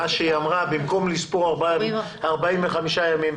מה שהיא אמרה: במקום לספור 45 ימים,